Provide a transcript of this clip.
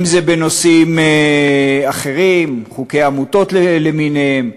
אם זה בנושאים אחרים, חוקי עמותות למיניהם.